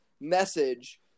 message